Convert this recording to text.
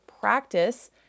practice